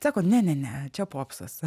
sako ne ne ne čia popsas